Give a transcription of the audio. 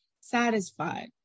satisfied